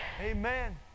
Amen